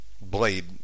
blade